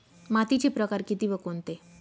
मातीचे प्रकार किती व कोणते?